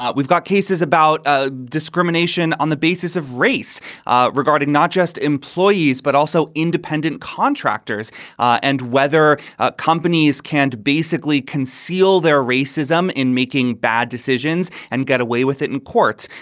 we've got cases about ah discrimination on the basis of race ah regarding not just employees, but also independent contractors and whether ah companies can basically conceal their racism in making bad decisions and get away with it in courts.